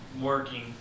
working